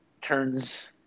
turns